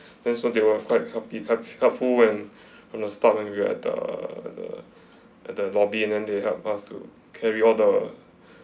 then so they were quite help~ help helpful when we were stuck when we're at the at the lobby and then they helped us to carry all the